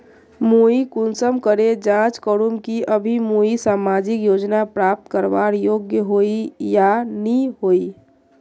मुई कुंसम करे जाँच करूम की अभी मुई सामाजिक योजना प्राप्त करवार योग्य होई या नी होई?